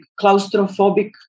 claustrophobic